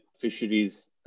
fisheries